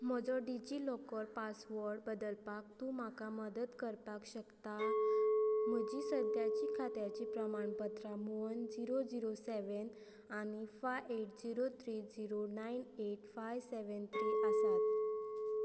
म्हजो DigiLocker password बदलपाक तूं म्हाका मदत करपाक शकता म्हजीं सद्याचीं खात्याचीं प्रमाणपत्रां मोहन झिरो झिरो सॅवेन आनी five eight zero three zero nine eight five seven three आसात